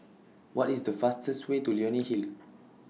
What IS The fastest Way to Leonie Hill